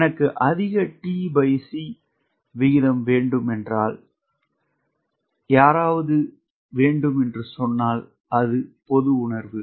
எனக்கு அதிக tc விகிதம் வேண்டும் என்று யாராவது சொன்னால் அது பொது உணர்வு